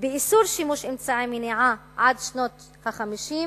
באיסור השימוש באמצעי מניעה עד שנות ה-50,